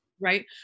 right